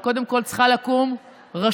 אבל קודם כול צריכה לקום רשות,